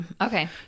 okay